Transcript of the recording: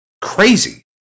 crazy